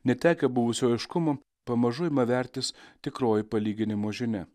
netekę buvusio aiškumo pamažu ima vertis tikroji palyginimų žinia